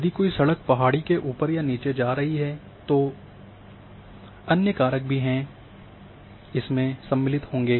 यदि कोई सड़क पहाड़ी के ऊपर या नीचे जा रही है तो अन्य कारक भी इसमें सम्मिलित होंगे